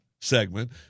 segment